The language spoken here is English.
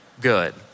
good